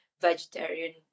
vegetarian